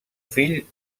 fill